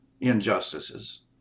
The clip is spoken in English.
injustices